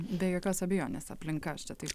be jokios abejonės aplinka aš čia taip